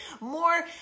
more